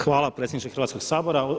Hvala predsjedniče Hrvatskog sabora.